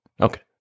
Okay